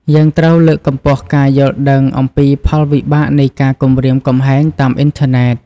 យើងត្រូវលើកកម្ពស់ការយល់ដឹងអំពីផលវិបាកនៃការគំរាមកំហែងតាមអ៊ីនធឺណិត។